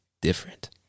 different